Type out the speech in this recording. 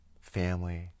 family